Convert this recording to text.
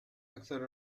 أكثر